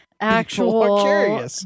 actual